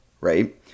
right